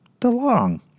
DeLong